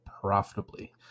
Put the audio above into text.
profitably